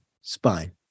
spine